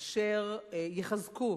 אשר יחזקו